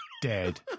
dead